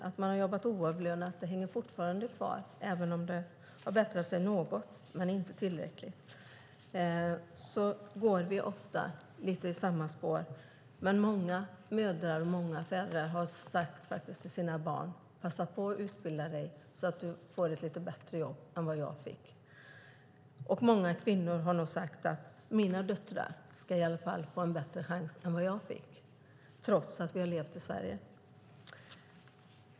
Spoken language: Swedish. Att man har jobbat oavlönat hänger fortfarande kvar, även om det har blivit något bättre. Många föräldrar har sagt till sina barn: Passa på att utbilda er så att ni får ett något bättre jobb än vad jag fick. Trots att de lever i Sverige har nog många kvinnor sagt att deras döttrar ska få en bättre chans än vad de själva fick.